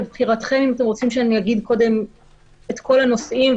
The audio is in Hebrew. לבחירתכם אם אתם רוצים שאני אגיד קודם את כל הנושאים,